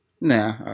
nah